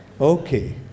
Okay